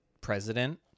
president